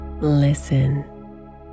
Listen